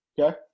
Okay